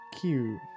Cute